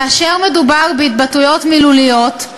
כאשר מדובר בהתבטאויות מילוליות,